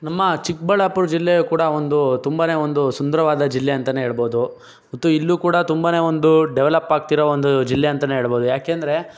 ನಮ್ಮ ಚಿಕ್ಕಬಳ್ಳಾಪುರ ಜಿಲ್ಲೆಯು ಕೂಡ ಒಂದು ತುಂಬ ಒಂದು ಸುಂದರವಾದ ಜಿಲ್ಲೆ ಅಂತಾನೆ ಹೇಳ್ಬೋದು ಮತ್ತು ಇಲ್ಲೂ ಕೂಡ ತುಂಬಾ ಒಂದು ಡೆವಲಪ್ ಆಗ್ತಿರೋ ಒಂದು ಜಿಲ್ಲೆ ಅಂತನೆ ಹೇಳ್ಬೋದು ಯಾಕೆ ಅಂದರೆ